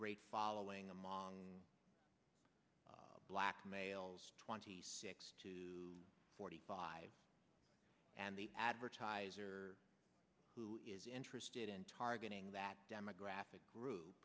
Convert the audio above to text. great following among black males twenty six to forty five and the advertiser who is interested in targeting that demographic group